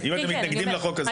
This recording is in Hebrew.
אז תעדכנו, אולי נשנה את החוק.